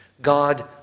God